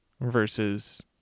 versus